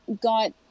got